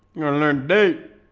you learned a